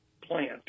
Plant